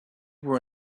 were